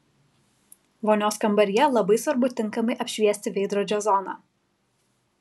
vonios kambaryje labai svarbu tinkamai apšviesti veidrodžio zoną